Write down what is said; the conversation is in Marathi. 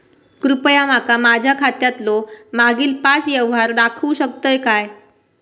कृपया माका माझ्या खात्यातलो मागील पाच यव्हहार दाखवु शकतय काय?